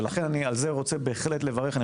אני מברך על כך.